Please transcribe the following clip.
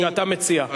שאתה מציע.